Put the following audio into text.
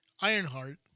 Ironheart